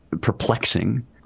perplexing